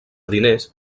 diners